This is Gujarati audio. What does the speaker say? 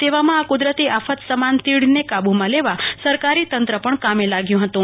તેવામાં આ કુદરતી આફત સમાન તીડને કાબુમાં લેવા સરકારીતંત્ર પણ કામે લાગ્યું હતું